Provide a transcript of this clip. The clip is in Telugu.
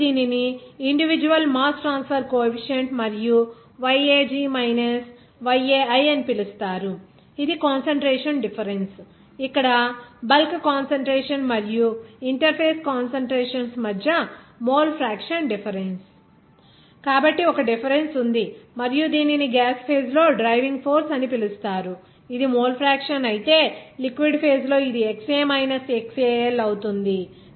కాబట్టి దీనిని ఇండివిడ్యువల్ మాస్ ట్రాన్స్ఫర్ కోఎఫీసియంట్ మరియు YAG మైనస్ YAi అని పిలుస్తారు ఇది కాన్సంట్రేషన్ డిఫరెన్స్ ఇక్కడ బల్క్ కాన్సంట్రేషన్ మరియు ఇంటర్ఫేస్ కాన్సంట్రేషన్ మధ్య మోల్ ఫ్రాక్షన్ డిఫరెన్స్ కాబట్టి ఒక డిఫరెన్స్ ఉంది మరియు దీనిని గ్యాస్ ఫేజ్ లో డ్రైవింగ్ ఫోర్స్ అని పిలుస్తారు ఇది మోల్ ఫ్రాక్షన్ అయితే లిక్విడ్ ఫేజ్ లో ఇది XA మైనస్ XAL అవుతుంది